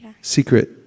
Secret